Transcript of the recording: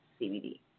CBD